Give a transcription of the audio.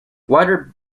wider